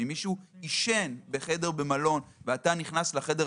אם מישהו עישן בחדר במלון ואתה נכנס לשם,